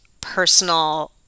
personal